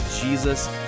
Jesus